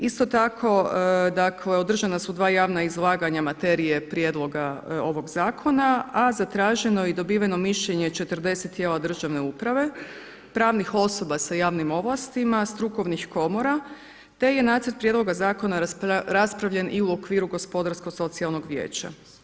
Isto tako dakle održana su dva javna izlaganja materije prijedloga ovoga zakona a zatraženo je i dobiveno mišljenje 40 tijela državne uprave, pravnih osoba sa javnim ovlastima, strukovnih komora te je nacrt prijedloga zakona raspravljen i u okviru Gospodarsko-socijalnog vijeća.